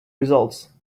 results